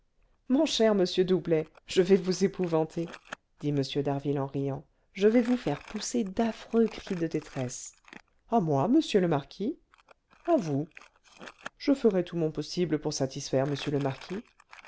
mon cher monsieur doublet je vais vous épouvanter dit m d'harville en riant je vais vous faire pousser d'affreux cris de détresse à moi monsieur le marquis à vous je ferai tout mon possible pour satisfaire monsieur le marquis